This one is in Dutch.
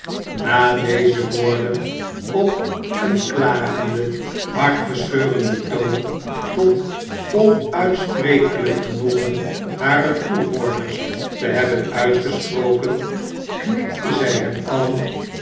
na deze woorden op een magenden hartverscheurendeu toon tot onuitsprekelijk genoegen harer toehoorders te hebben uitgesproken knikte zij hen allen